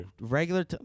Regular